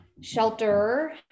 shelter